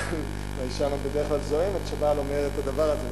והאשה בדרך כלל זועמת כשהבעל אומר את הדבר הזה.